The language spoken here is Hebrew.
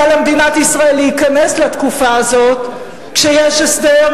למדינת ישראל להיכנס לתקופה הזאת כשיש הסדר,